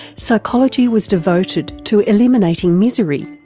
psychology was devoted to eliminating misery.